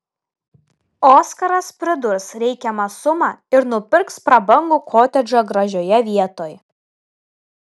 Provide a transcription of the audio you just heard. oskaras pridurs reikiamą sumą ir nupirks prabangų kotedžą gražioje vietoj